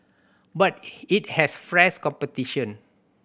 but it has fresh competition